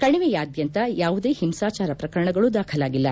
ಕಣಿವೆಯಾದ್ಯಂತ ಯಾವುದೇ ಹಿಂಸಾಚಾರ ಪ್ರಕರಣಗಳ ದಾಖಲಾಗಿಲ್ಲ